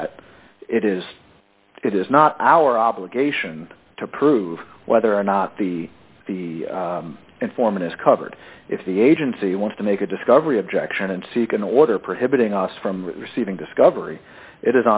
that it is it is not our obligation to prove whether or not the the informant is covered if the agency wants to make a discovery objection and seek an order prohibiting us from receiving discovery it